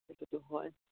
সেইটোতো হয়